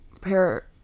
pair